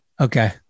Okay